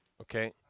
Okay